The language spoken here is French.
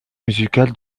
musical